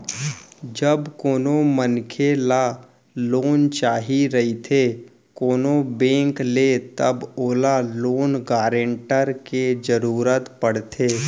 जब कोनो मनखे ल लोन चाही रहिथे कोनो बेंक ले तब ओला लोन गारेंटर के जरुरत पड़थे